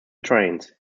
trains